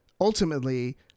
ultimately